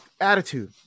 attitude